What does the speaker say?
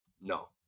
No